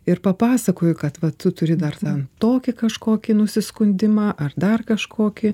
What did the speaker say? ir papasakoji kad va tu turi dar ten tokį kažkokį nusiskundimą ar dar kažkokį